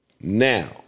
Now